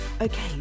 Okay